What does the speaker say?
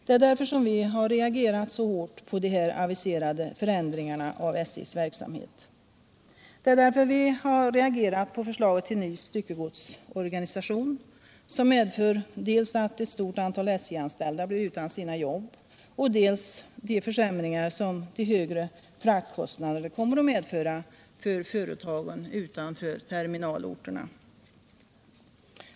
Det är därför som vi har reagerat så hårt på de här aviserade förändringarna av SJ:s verksamhet. Det är därför vi har reagerat på förslaget till ny styckegodsorganisation — som medför dels att ett stort antal SJ-anställda blir utan sina jobb, dels de försämringar som de högre fraktkostnaderna kommer att innebära för företagen utanför terminalorterna.